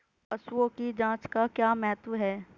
पशुओं की जांच का क्या महत्व है?